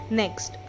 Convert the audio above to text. next